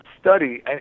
study